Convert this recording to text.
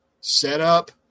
setup